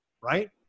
right